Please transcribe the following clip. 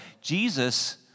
Jesus